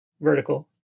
vertical